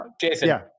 Jason